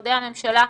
ממשרדי הממשלה,